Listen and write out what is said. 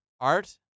art